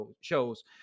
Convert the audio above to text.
shows